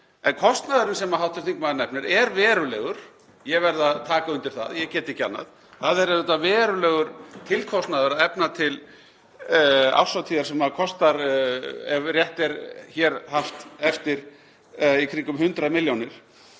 En kostnaðurinn sem hv. þingmaður nefnir er verulegur, ég verð að taka undir það, ég get ekki annað. Það er auðvitað verulegur tilkostnaður að efna til árshátíðar sem kostar ef rétt er hér haft eftir í kringum 100 milljónir.